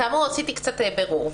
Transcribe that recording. כאמור, עשיתי קצת בירור.